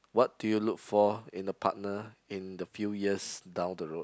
what do you look for in a partner in the few years down the road